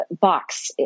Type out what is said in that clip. box